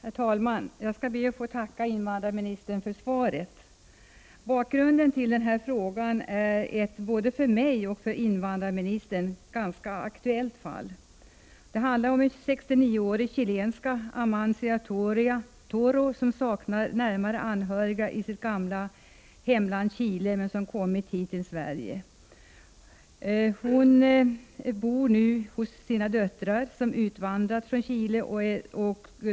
Herr talman! Jag skall be att få tacka invandrarministern för svaret. Bakgrunden till min fråga är ett både för mig och för invandrarministern ganska aktuellt fall. Det handlar om en sextionioårig chilenska, Amancia Toro. Hon saknar närmare anhöriga i sitt gamla hemland Chile, men har kommit hit till Sverige. Hon bor nu hos sina döttrar som har utvandrat från Chile.